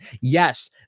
Yes